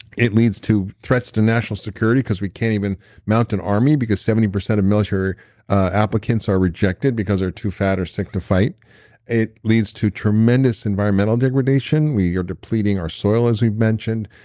it leads to threats to national security because we can't even mount an army because seventy percent of military applications are rejected because they're too fat or sick to fight it leads to tremendous environmental degradation. we are depleting our soil, as we've mentioned.